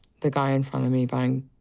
the guy in front of me, buying